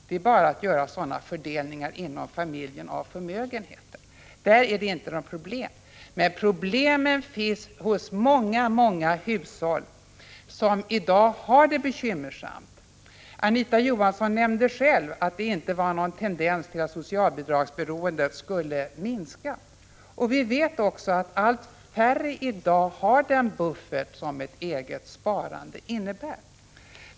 Det är bara att göra sådana fördelningar inom familjen av förmögenheten. Där är det inget problem. Men problemen finns hos många hushåll som i dag har det bekymmersamt. Anita Johansson nämnde själv att det inte är någon tendens till att beroendet av socialbidrag skulle minska. Vi vet också att allt färre i dag har den buffert som ett eget sparande innebär.